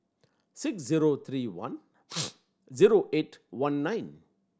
six zero three one zero eight one nine